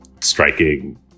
striking